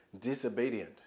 disobedient